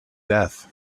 death